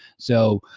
so,